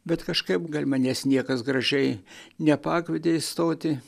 bet kažkaip gal manęs niekas gražiai nepakvietė įstoti